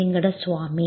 Venkataswamy